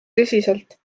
tõsiselt